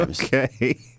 Okay